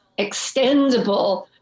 extendable